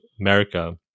America